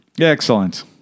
Excellent